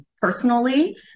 personally